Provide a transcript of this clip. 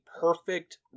perfect